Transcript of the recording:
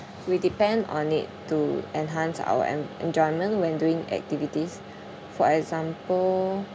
we depend on it to enhance our en~ enjoyment when doing activities for example